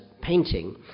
painting